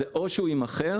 או שהוא יימכר,